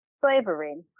slavery